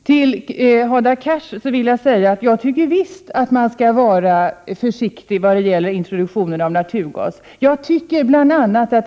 Till Hadar Cars vill jag säga att jag visst tycker att man skall vara försiktig när det gäller introduktionen av naturgas.